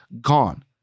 Gone